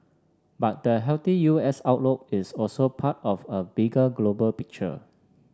but the healthy U S outlook is also part of a bigger global picture